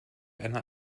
einer